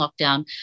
lockdown